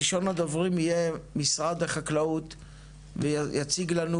ראשון הדוברים יהיה משרד חקלאות ויציג לנו